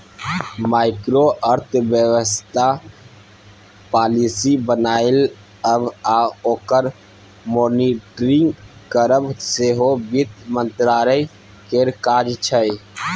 micro अर्थबेबस्था policy बनाएब आ ओकर मॉनिटरिंग करब सेहो बित्त मंत्रालय केर काज छै